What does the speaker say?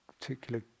particular